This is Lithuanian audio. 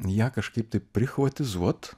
ją kažkaip taip prichvatizuot